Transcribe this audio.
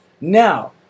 Now